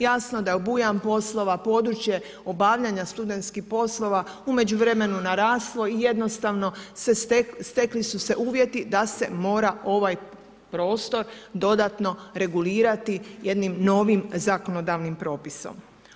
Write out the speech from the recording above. Jasno da obujam poslova, područje obavljanja studentskih poslova u međuvremenu naraslo i jednostavno stekli su se uvjeti da se mora ovaj prostor dodatno regulirati jednim novim zakonodavnim propisom.